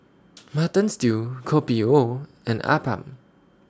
Mutton Stew Kopi O and Appam